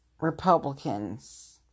Republicans